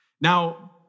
Now